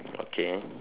okay ah